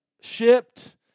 shipped